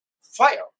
fire